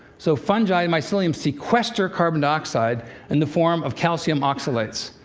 so, fungi and mycelium sequester carbon dioxide in the form of calcium oxalates.